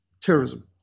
terrorism